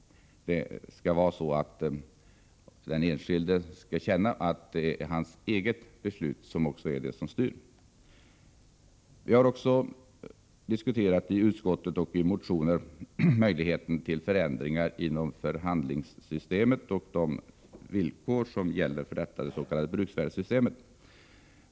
Den enskilde skall känna att hans eget beslut är det som styr. I utskottet och i motioner har vi också diskuterat möjligheten till förändringar inom förhandlingssystemet och de villkor som gäller för dets.k. bruksvärdessystemet.